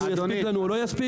אם הוא יספיק לנו או לא יספיק?